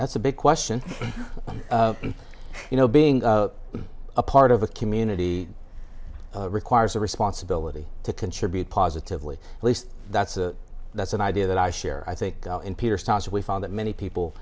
that's a big question you know being a part of a community requires a responsibility to contribute positively at least that's a that's an idea that i share i think we found that many people